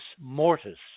Mortis